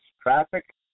traffic